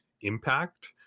impact